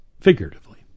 figuratively